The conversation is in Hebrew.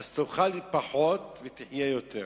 אז תאכל פחות ותחיה יותר.